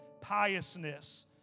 piousness